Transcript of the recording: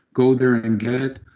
go there and and get it.